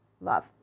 love